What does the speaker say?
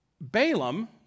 Balaam